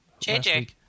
JJ